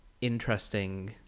interesting